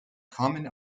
common